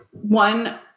One